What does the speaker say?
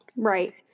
Right